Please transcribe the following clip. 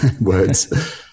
words